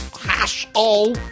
hash-all